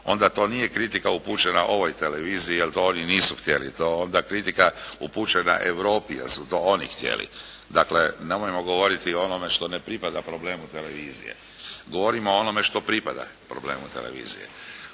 onda to nije kritika upućena ovoj televiziji jer to oni nisu htjeli. To je onda kritika upućena Europi jer su to oni htjeli. Dakle nemojmo govoriti o onome što ne pripada problemu televizije. Govorimo o onome što pripada problemu televizije.